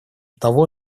того